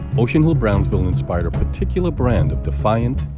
ocean hill-brownsville inspired a particular brand of defiant,